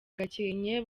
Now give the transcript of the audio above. gakenke